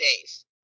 days